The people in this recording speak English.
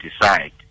decide